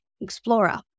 Explorer